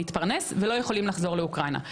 להתפרנס ולא יכולים לחזור לאוקראינה.